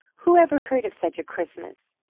who ever heard of such a christmas!